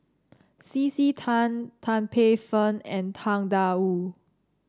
C C Tan Tan Paey Fern and Tang Da Wu